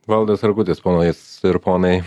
valdas rakutis ponais ir ponai